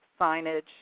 signage